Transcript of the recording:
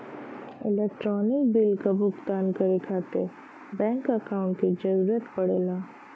electronic bill क भुगतान करे खातिर बैंक अकांउट क जरूरत पड़ला